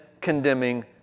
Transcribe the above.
condemning